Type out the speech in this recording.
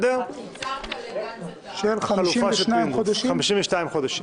52 חודשים.